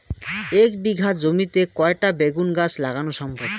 এক বিঘা জমিতে কয়টা বেগুন গাছ লাগানো সম্ভব?